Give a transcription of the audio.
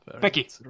Becky